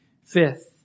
Fifth